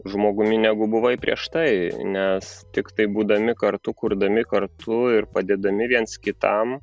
žmogumi negu buvai prieš tai nes tiktai būdami kartu kurdami kartu ir padėdami viens kitam